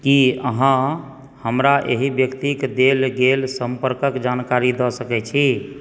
की अहाँ हमरा एहि व्यक्तिक देल गेल सम्पर्कक जानकारी दऽ सकै छी